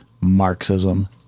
Marxism